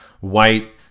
white